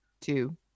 two